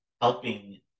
helping